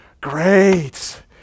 great